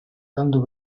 landu